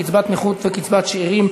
קצבת נכות וקצבת שאירים),